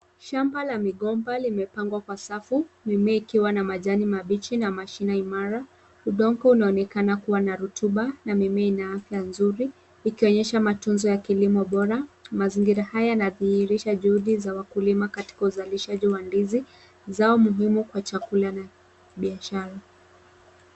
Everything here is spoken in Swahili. Shamba la migomba limepangwa kwa safu mimea ikiwa na majani mabichi na mashine imara, udongo unaonekana kuwa na rotuba na mimea ina afya nzuri, ikionyesha matunzo ya kilimo bora, mazingira haya yanadhihirisha juhudi za wakulima katika uzalishaji wa ndizi zao muhimu kwa chakula na biashara.